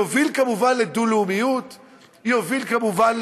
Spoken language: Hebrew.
זה יוביל כמובן